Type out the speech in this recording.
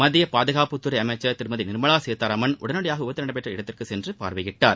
மத்திய பாதுகாப்பு துறை அமைச்சர் திருமதி நிர்மலா சீதாராமன் உடனடியாக விபத்து நடைபெற்ற இடத்திற்கு சென்று பார்வையிட்டார்